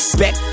back